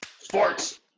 Sports